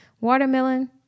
watermelon